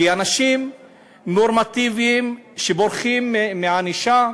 כי אנשים נורמטיביים שבורחים מענישה,